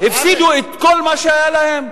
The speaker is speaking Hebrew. הפסידו את כל מה שהיה להם.